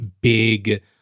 big